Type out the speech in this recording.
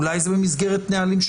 אולי זה במסגרת נהלים,